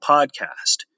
Podcast